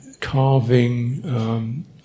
carving